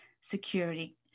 security